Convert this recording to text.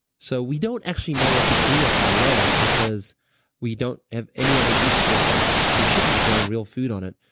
so we don't actually know what to do with our land because we don't have any other use for it. we should be growing real food on it.